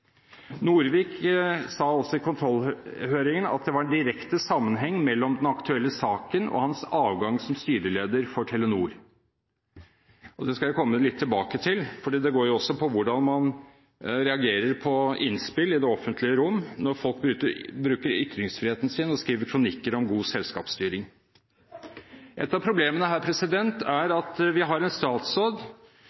Norvik sa også i kontrollhøringen at det var en direkte sammenheng mellom den aktuelle saken og hans avgang som styreleder i Telenor. Dette skal jeg komme litt tilbake til, for det går jo også på hvordan man reagerer på innspill i det offentlige rom – når folk bruker ytringsfriheten sin og skriver kronikker om god selskapsstyring. Et av problemene her er